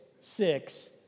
six